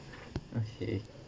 okay